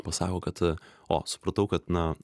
pasako kad o supratau kad na